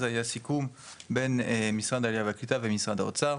זה היה סיכום בין משרד העלייה והקליטה ומשרד האוצר,